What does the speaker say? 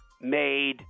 made